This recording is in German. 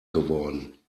geworden